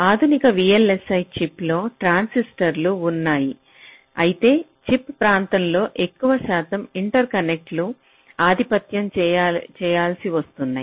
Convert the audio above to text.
ఆధునిక VLSI చిప్లో ట్రాన్సిస్టర్లు ఉన్నాయి అయితే చిప్ ప్రాంతంలో ఎక్కువ శాతం ఇంటర్కనెక్ట్లు ఆధిపత్యం చెలాయిస్తున్నాయి